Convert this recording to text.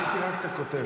ראיתי רק את הכותרת.